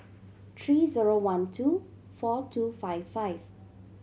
three zero one two four two five five